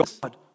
God